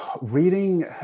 reading